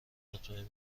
مطمئن